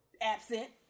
absent